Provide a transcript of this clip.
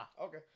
Okay